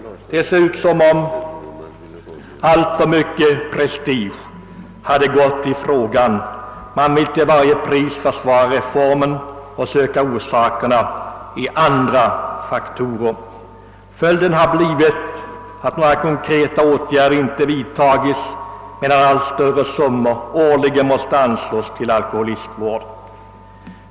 Det ser ut som om alltför mycken prestige hade gått i frågan; man vill till varje pris försvara reformen och söka orsakerna till det ökade alkoholmissbruket i andra faktorer. Följden har blivit att några konkreta åtgärder inte vidtagits, medan allt större summor årligen måste anslås till alkoholistvård.